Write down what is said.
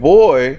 boy